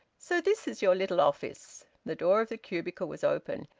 so this is your little office! the door of the cubicle was open.